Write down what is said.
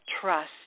trust